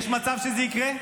יש מצב שזה יקרה?